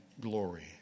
glory